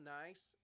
nice